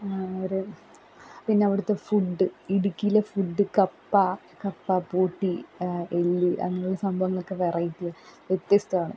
അവര് പിന്നവിടത്തെ ഫുഡ്ഡ് ഇടുക്കിയിലെ ഫുഡ്ഡ് കപ്പ കപ്പ പോട്ടി എല്ല് അങ്ങനെയുള്ള സംഭവങ്ങളൊക്കെ വെറൈറ്റിയാണ് വ്യത്യസ്തമാണ്